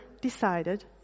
decided